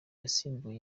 yasimbuwe